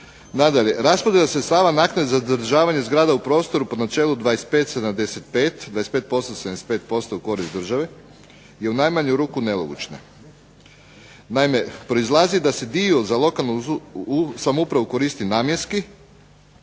Nadalje, raspored sredstava naknade za zadržavanja zgrada u prostoru po načelu 25-75 (25%-75% u korist države) je u najmanju ruku nelogična. Naime, proizlazi da se dio za lokalnu samoupravo koristi namjenski,